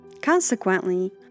Consequently